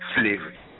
slavery